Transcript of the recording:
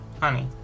honey